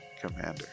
commander